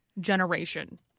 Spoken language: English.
generation